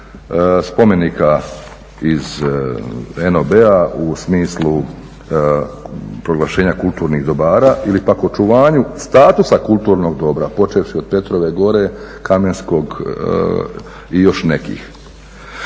spomenika iz … u smislu proglašenja kulturnih dobara ili pak očuvanju statusa kulturnog dobra počevši od Petrove gore, Kamenskog i još nekih.